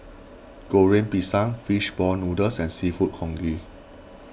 Goreng Pisang Fish Ball Noodles and Seafood Congee